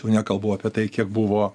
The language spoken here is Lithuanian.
jau nekalbu apie tai kiek buvo